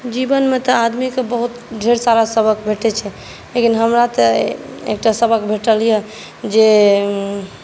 जीवनमे तऽ आदमीकेँ बहुत ढेर सारा सबक भेटैत छै लेकिन हमरा तऽ एकटा सबक भेटल यए जे